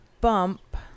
bump